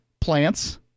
plants